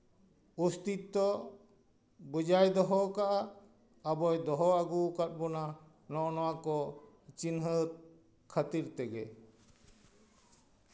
ᱚᱥᱛᱤᱛᱛᱚ ᱵᱚᱡᱟᱭ ᱫᱚᱦᱚ ᱠᱟᱜᱼᱟ ᱟᱵᱚᱭ ᱫᱚᱦᱚ ᱟᱹᱜᱩ ᱠᱟᱜ ᱵᱚᱱᱟ ᱱᱚᱜᱼᱚᱭ ᱱᱟ ᱠᱚ ᱪᱤᱱᱦᱟᱹ ᱠᱷᱟᱹᱛᱤᱨ ᱛᱮᱜᱮ